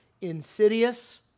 insidious